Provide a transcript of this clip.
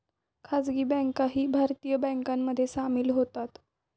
खासगी बँकाही भारतीय बँकांमध्ये सामील होतात